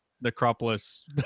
Necropolis